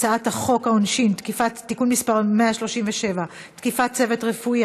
ההצעה להעביר את הצעת חוק העונשין (תיקון מס' 137) (תקיפת צוות רפואי),